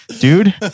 dude